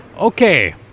Okay